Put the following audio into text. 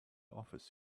office